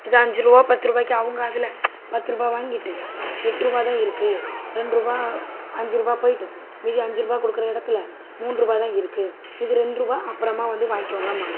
இது அஞ்சு ருபா பத்ருபாய்க்கி அவங்க அதில் பத்து ரூபா வாங்கிட்டு எட்ருபா தான் இருக்குது ரெண்டு ரூபா அஞ்சு ரூபா போயிட்டு மீதி அஞ்சு ரூபா கொடுக்குற இடத்துல மூன்றுரூபா தான் இருக்குது மீதி ரெண்டு ரூபா அப்புறமா வந்து வாங்கிக்கோங்கன்பாங்க